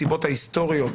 הסיבות ההיסטוריות